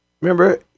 remember